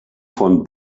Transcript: von